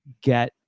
get